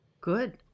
Good